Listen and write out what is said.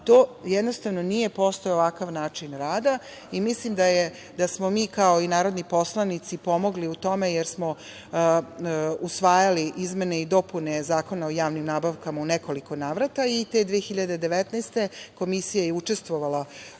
usvojenih žalbi, nije postojao ovakav način rada. Mislim da smo mi kao i narodni poslanici pomogli u tome jer smo usvajali izmene i dopune Zakona o javnim nabavkama u nekoliko navrata i te 2019. godine Komisija je učestvovala